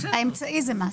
האמצעי הוא מס.